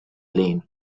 lane